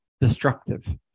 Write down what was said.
destructive